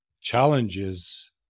challenges